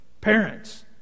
Parents